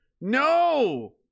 No